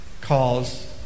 calls